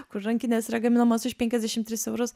kur rankinės yra gaminamos už penkiasdešimt tris eurus